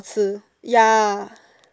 吃 ya